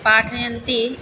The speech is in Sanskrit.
पाठयन्ति